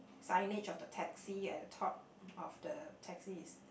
signage of the taxi at the top of the taxi is